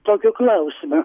tokį klausimą